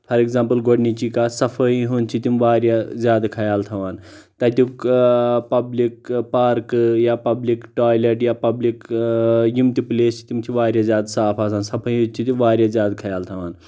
for example گۄڈنچی کتھ صفٲیی ہُنٛد چھِ تِم واریاہ زیادٕ خیال تھاوان تتیُک پبلِک پارکہٕ یا پبلِک ٹویلیٚٹ یا پبلِک یِم تہِ پٕلیس چھِ تِم چھِ واریاہ زیادٕ صاف آسان صفٲیی ہنٛد چھِ تِم واریاہ زیادٕ خیال تھاوان